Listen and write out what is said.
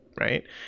right